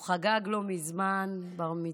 הוא חגג לא מזמן בר-מצווה.